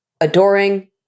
adoring